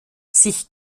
sich